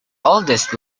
oldest